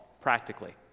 practically